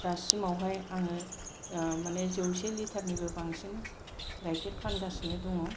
दासिमावहाय आङो माने जौसे लिटारनिबो बांसिन गाइखेर फानगासिनो दङ